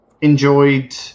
enjoyed